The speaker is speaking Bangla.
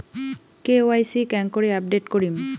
কে.ওয়াই.সি কেঙ্গকরি আপডেট করিম?